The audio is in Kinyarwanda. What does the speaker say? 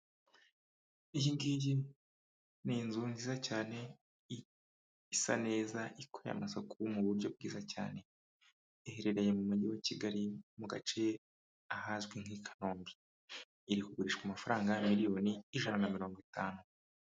Iyi ngiyi ni inzu nziza cyane isa neza ikora amasaku mu buryo bwiza cyane, iherereye mu mujyi wa Kigali mu gace ahazwi nk'i Kanombe, iri kugurishwa amafaranga ya miliyoni ijana na mirongo itanu.